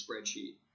spreadsheet